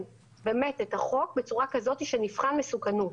באמת את החוק בצורה כזאת שנבחן מסוכנות,